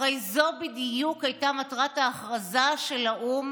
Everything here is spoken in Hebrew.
הרי זו בדיוק הייתה מטרת ההכרזה של האו"ם